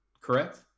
Correct